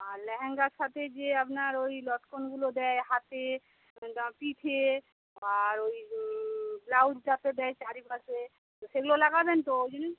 আর লেহেঙ্গার সাথে যে আপনার ওই লটকনগুলো দেয় হাতে দা পিঠে আর ওই ব্লাউজ যাতে দেয় চারিপাশে সেগুলো লাগাবেন তো ওই জিনিস